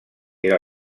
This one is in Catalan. era